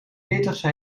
veertigste